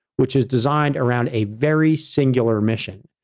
which is designed around a very singular mission.